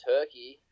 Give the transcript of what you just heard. Turkey